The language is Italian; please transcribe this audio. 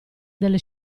delle